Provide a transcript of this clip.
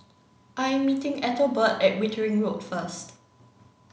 I am meeting Ethelbert at Wittering Road first